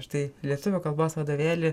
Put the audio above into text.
štai lietuvių kalbos vadovėlį